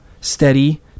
steady